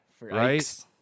Right